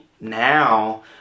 now